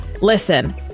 listen